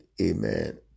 Amen